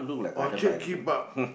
okay keep up